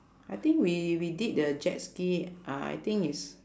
I think we we did the jet ski uh I think is